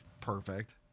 Perfect